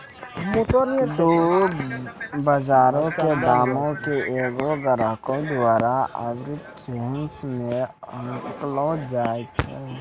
दु बजारो के दामो के एगो ग्राहको द्वारा आर्बिट्रेज मे आंकलो जाय छै